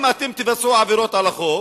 אם אתם תבצעו עבירות על החוק,